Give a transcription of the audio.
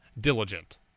diligent